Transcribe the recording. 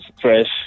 Fresh